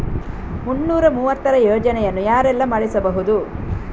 ಮುನ್ನೂರ ಮೂವತ್ತರ ಯೋಜನೆಯನ್ನು ಯಾರೆಲ್ಲ ಮಾಡಿಸಬಹುದು?